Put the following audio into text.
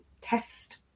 test